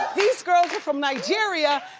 these girls are from nigeria,